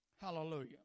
hallelujah